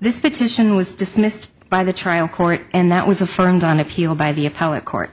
this petition was dismissed by the trial court and that was affirmed on appeal by the appellate court